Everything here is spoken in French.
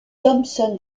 thompson